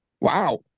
wow